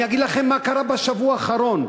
אני אגיד לכם מה קרה בשבוע האחרון.